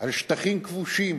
על שטחים כבושים.